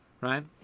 right